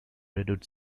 redwood